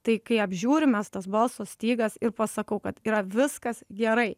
tai kai apžiūrim mes tas balso stygas ir pasakau kad yra viskas gerai